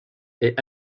est